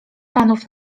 panów